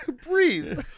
Breathe